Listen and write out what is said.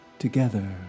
Together